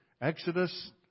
Exodus